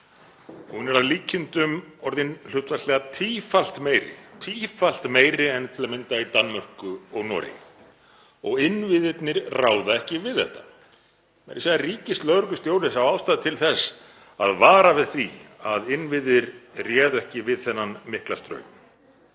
Evrópu, er að líkindum orðin hlutfallslega tífalt meiri en til að mynda í Danmörku og Noregi og innviðirnir ráða ekki við þetta. Meira að segja ríkislögreglustjóri sá ástæðu til þess að vara við því að innviðir réðu ekki við þennan mikla straum.